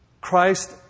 Christ